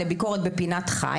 לביקורת בפינת חי,